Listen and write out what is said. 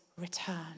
return